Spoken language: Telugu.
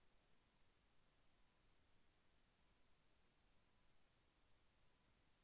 ఎర్ర రేగడి నేల ఎటువంటి పంటలకు అనుకూలంగా ఉంటుంది?